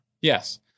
Yes